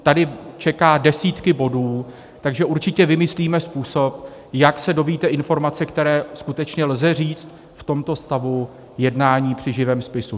Tady čekají desítky bodů, takže určitě vymyslíme způsob, jak se dozvíte informace, které skutečně lze říci v tomto stavu jednání při živém spisu.